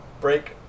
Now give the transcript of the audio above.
break